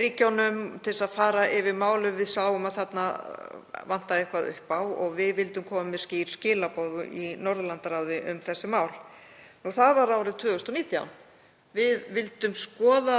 ríkjunum til að fara yfir málið og við sáum að þarna vantaði eitthvað upp á og við vildum koma með skýr skilaboð í Norðurlandaráði um þessi mál. Það var árið 2019. Við vildum skoða